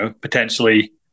potentially